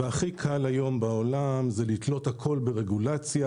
והכי קל היום בעולם זה לתלות הכול ברגולציה,